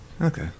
Okay